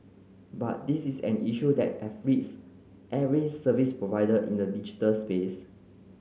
but this is an issue that afflicts every service provider in the digital space